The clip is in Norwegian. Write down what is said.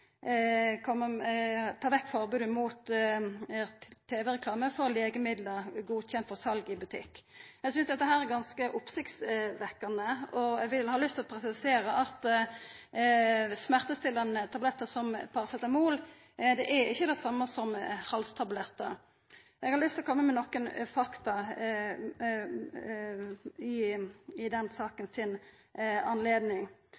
ta vekk forbodet mot tv-reklame for legemiddel godkjente for sal i butikk. Eg synest dette er ganske oppsiktsvekkjande, og har lyst til å presisera at smertestillande tablettar med paracetamol ikkje er det same som halstablettar. Eg har lyst til å koma med nokre fakta i den anledning. Vi har hatt ein stor auke i